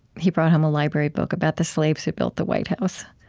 he brought home a library book about the slaves who built the white house.